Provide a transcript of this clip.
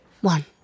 One